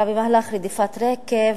אלא במהלך רדיפת רכב,